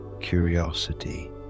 curiosity